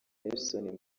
nelson